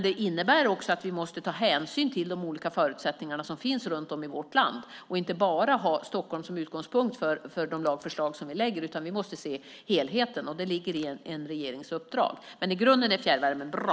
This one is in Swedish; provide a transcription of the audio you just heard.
Det innebär också att vi måste ta hänsyn till de olika förutsättningar som finns runt om i vårt land och inte bara ha Stockholm som utgångspunkt för de lagförslag som vi lägger fram. Vi måste se helheten. Det ligger i en regerings uppdrag. Men i grunden är fjärrvärmen bra.